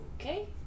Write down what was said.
Okay